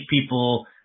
people